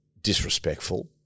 disrespectful